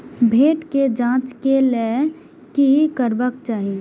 मैट के जांच के लेल कि करबाक चाही?